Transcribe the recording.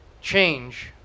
change